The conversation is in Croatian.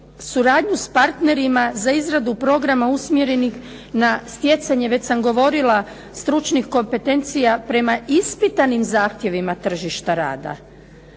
suradnju s partnerima za izradu programa usmjerenih na stjecanje, već sam govorila, stručnih kompetencija prema ispitanim zahtjevima tržišta rada.